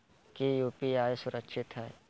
की यू.पी.आई सुरक्षित है?